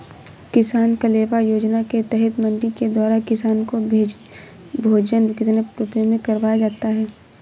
किसान कलेवा योजना के तहत मंडी के द्वारा किसान को भोजन कितने रुपए में करवाया जाता है?